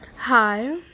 Hi